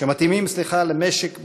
שמתאימים למשק בן-זמננו,